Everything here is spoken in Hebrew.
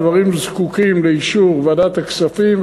הדברים זקוקים לאישור ועדת הכספים,